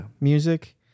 music